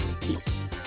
Peace